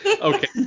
Okay